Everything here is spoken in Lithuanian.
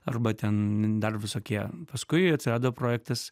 arba ten dar visokie paskui atsirado projektas